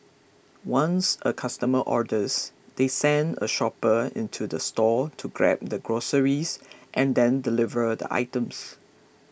once a customer orders they send a shopper into the store to grab the groceries and then deliver the items